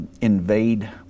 invade